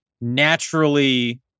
naturally